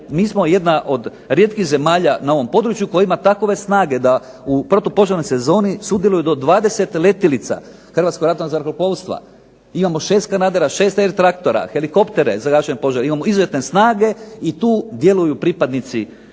mi smo jedna od rijetkih zemalja na ovom području koja ima takove snage, koja u protupožarnoj sezoni sudjeluje do 20 letjelica Hrvatskog ratnog zrakoplovstva. Imamo 6 kanadera, 6 R traktora, helikoptere za gašenje požara, imamo izuzetne snage i tu djeluju pripadnici